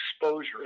exposure